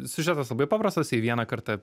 siužetas labai paprastas jei vieną kartą